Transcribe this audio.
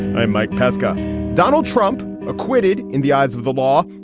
i'm mike pesca donald trump acquitted in the eyes of the law,